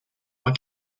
are